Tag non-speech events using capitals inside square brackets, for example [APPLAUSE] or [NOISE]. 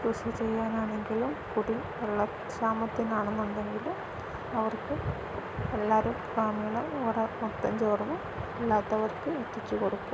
കൃഷി ചെയ്യാനാണെങ്കിലും കുടിവെള്ള ക്ഷാമത്തിനാണെന്നുണ്ടെങ്കിലും അവർക്ക് എല്ലാവരും [UNINTELLIGIBLE] മൊത്തം ചേർന്നു അല്ലാത്തവർക്ക് എത്തിച്ചു കൊടുക്കും